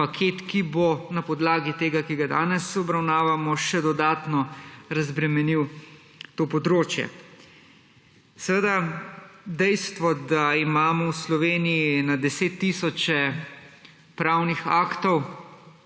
paket, ki bo na podlagi tega, ki ga danes obravnavamo, še dodatno razbremenil to področje. Seveda dejstvo, da imamo v Sloveniji na 10 tisoče pravnih aktov,